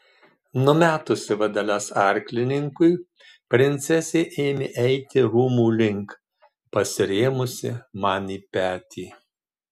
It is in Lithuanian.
numetusi vadeles arklininkui princesė ėmė eiti rūmų link pasirėmusi man į petį